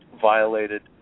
violated